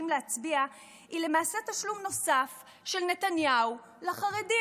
להצביע היא למעשה תשלום נוסף של נתניהו לחרדים.